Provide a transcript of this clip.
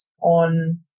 on